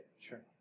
Sure